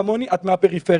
כמוני את מהפריפריה,